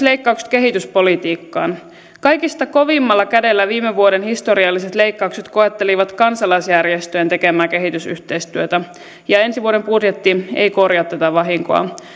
leikkaukset kehityspolitiikkaan kaikista kovimmalla kädellä viime vuoden historialliset leikkaukset koettelivat kansalaisjärjestöjen tekemää kehitysyhteistyötä ja ensi vuoden budjetti ei korjaa tätä vahinkoa